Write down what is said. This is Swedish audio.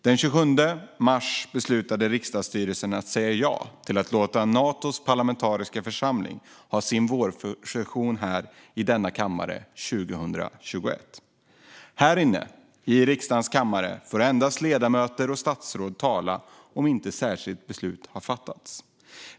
Den 27 mars beslutade riksdagsstyrelsen att säga ja till att låta Natos parlamentariska församling ha sin vårsession i denna kammare 2021. I riksdagens kammare får endast ledamöter och statsråd tala, om inte särskilt beslut har fattats.